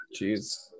Jeez